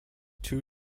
two